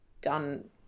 done